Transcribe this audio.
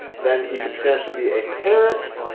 then he could potentially be a parent,